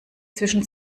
zwischen